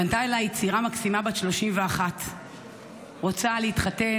פנתה אליי צעירה מקסימה בת 31. היא רוצה להתחתן,